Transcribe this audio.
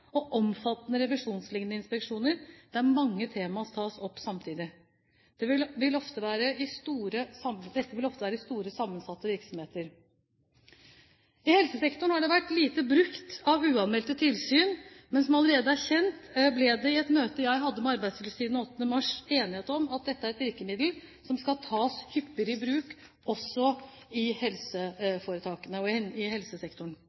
og omfattende revisjonsliknende inspeksjoner, der mange tema tas opp samtidig. Dette vil ofte være i store, sammensatte virksomheter. I helsesektoren har det vært lite bruk av uanmeldte tilsyn, men, som allerede kjent, ble det i et møte jeg hadde med Arbeidstilsynet 8. mars, enighet om at dette er et virkemiddel som skal tas hyppigere i bruk også her. Representanten Røe Isaksen hevder at det er et problem at inspeksjoner i stor grad foretas innenfor normalarbeidstiden, spesielt i